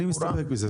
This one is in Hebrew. אני מסתפק בזה.